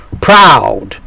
proud